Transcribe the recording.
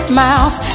miles